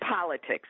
politics